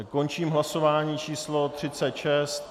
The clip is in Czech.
Končím hlasování číslo 36.